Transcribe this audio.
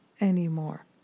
anymore